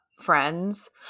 friends